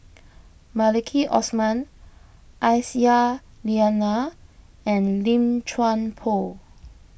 Maliki Osman Aisyah Lyana and Lim Chuan Poh